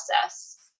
process